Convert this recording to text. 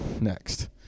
next